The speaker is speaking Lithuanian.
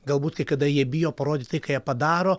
galbūt kai kada jie bijo parodyti ką jie padaro